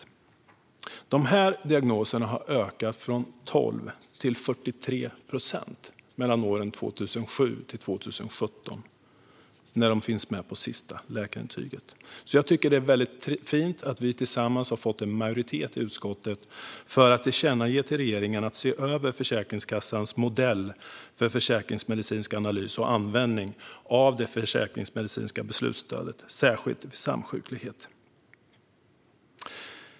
Förekomsten av dessa diagnoser på sista läkarintyget har mellan åren 2007 och 2017 ökat från 12 till 43 procent. Jag tycker att det är väldigt fint att vi i utskottet har fått en majoritet för att tillkännage för regeringen att den ska se över Försäkringskassans modell för försäkringsmedicinsk analys och användning av det försäkringsmedicinska beslutsstödet, särskilt vid samsjuklighet.